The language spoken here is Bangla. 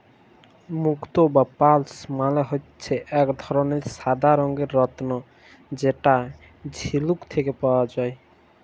মুক্ত বা পার্লস মালে হচ্যে এক ধরলের সাদা রঙের রত্ন যেটা ঝিলুক থেক্যে পাওয়া যায়